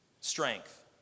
strength